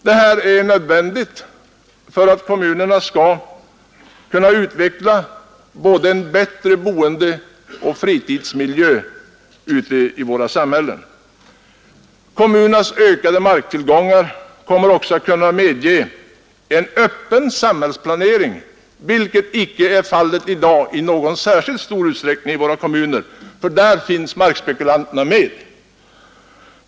Detta är nödvändigt för att kommunerna skall kunna utveckla en bättre boendeoch fritidsmiljö ute i våra samhällen. Kommunernas ökade marktillgångar kommer också att kunna medge en öppen samhällsplanering, vilket icke är fallet i dag i någon särskilt stor utsträckning i våra kommuner, för där finns markspekulanterna med.